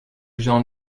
gens